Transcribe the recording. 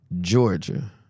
Georgia